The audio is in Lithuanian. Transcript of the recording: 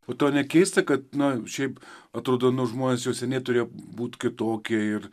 o tau nekeista kad na šiaip atrodo nu žmonės jau seniai turėjo būt kitokie ir